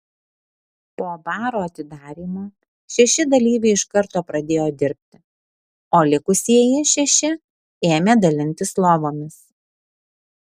po baro atidarymo šeši dalyviai iš karto pradėjo dirbti o likusieji šeši ėmė dalintis lovomis